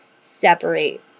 separate